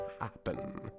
happen